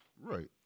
Right